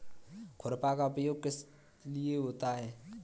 खुरपा का प्रयोग किस लिए होता है?